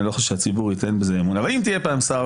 אני לא חושב שהציבור ייתן בזה אמון אבל אם תהיה פעם שר,